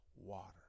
water